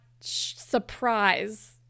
surprise